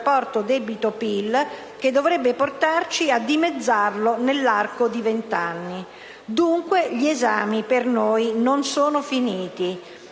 del rapporto debito/PIL che dovrebbe portarci a dimezzarlo nell'arco di vent'anni. Dunque, gli esami per noi non sono finiti,